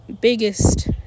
biggest